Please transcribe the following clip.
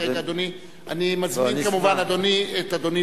אני מזמין את אדוני.